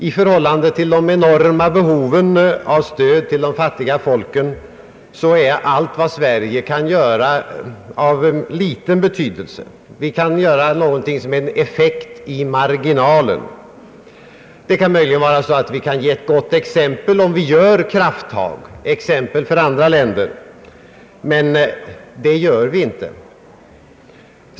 I förhållande till det enorma behovet av stöd till de fattiga folken är allt vad Sverige kan göra av liten betydelse. Vi kan göra någonting som är en effekt i marginalen. Det kan möjligen vara så att vi kan vara ett gott exempel för andra länder om vi tar krafttag, men det gör vi inte.